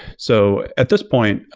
so at this point,